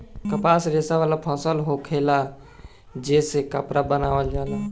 कपास रेशा वाला फसल होखेला जे से कपड़ा बनावल जाला